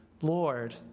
Lord